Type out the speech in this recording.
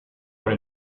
what